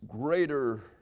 greater